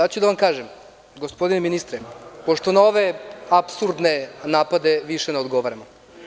Sada ću da vam kažem, gospodine ministre, pošto na ove apsurdne napade više ne odgovaram.